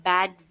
Bad